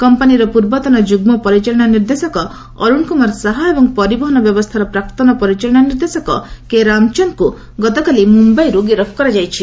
କମ୍ପାନିର ପୂର୍ବତନ ଯୁଗ୍ମ ପରିଚାଳନା ନିର୍ଦ୍ଦେଶକ ଅରୁଣ କୁମାର ଶାହା ଏବଂ ପରିବହନ ବ୍ୟବସ୍ଥାର ପ୍ରାକ୍ତନ ପରିଚାଳନା ନିର୍ଦ୍ଦେଶକ କେରାମଚନ୍ଙ୍କୁ ଗତକାଲି ମୁମ୍ୟାଇରୁ ଗିରଫ କରାଯାଇଛି